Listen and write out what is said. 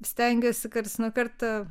stengiuosi karts nuo karto